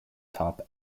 top